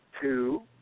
two